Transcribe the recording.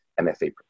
MFA